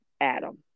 adam